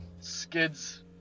skids